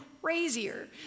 crazier